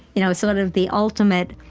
you know sort of the ultimate